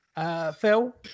Phil